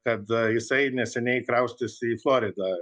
kad jisai neseniai kraustėsi į floridą